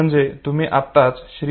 म्हणजे तुम्ही आत्ताच श्री